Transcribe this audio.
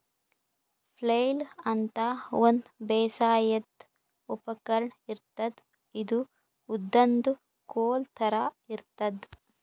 flail ಅಂತಾ ಒಂದ್ ಬೇಸಾಯದ್ ಉಪಕರ್ಣ್ ಇರ್ತದ್ ಇದು ಉದ್ದನ್ದ್ ಕೋಲ್ ಥರಾ ಇರ್ತದ್